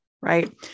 right